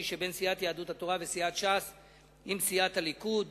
שבין סיעת יהדות התורה וסיעת ש"ס עם סיעת הליכוד.